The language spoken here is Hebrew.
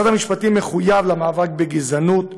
משרד המשפטים מחויב למאבק בגזענות,